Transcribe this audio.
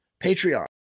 Patreon